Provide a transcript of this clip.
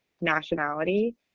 nationality